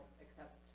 accept